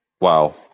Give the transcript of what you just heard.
wow